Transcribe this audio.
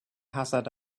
hazard